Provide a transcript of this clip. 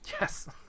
Yes